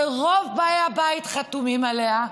שרוב באי הבית חתומים עליה,